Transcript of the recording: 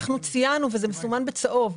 אנחנו ציינו וזה מסומן בצהוב,